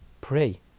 pray